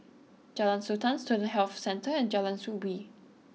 Jalan Sultan Student Health Centre and Jalan Soo Bee